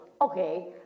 okay